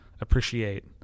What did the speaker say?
appreciate